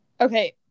Okay